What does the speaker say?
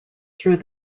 through